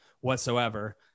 whatsoever